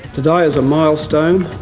today is a milestone,